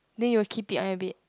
then you will keep it on your bed